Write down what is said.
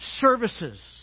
services